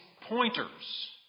pointers